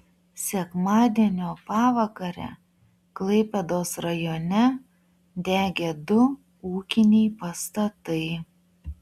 sekmadienio pavakarę klaipėdos rajone degė du ūkiniai pastatai